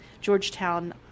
Georgetown